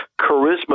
charisma